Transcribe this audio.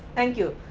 thank you.